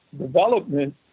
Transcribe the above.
development